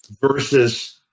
versus